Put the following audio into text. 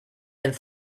and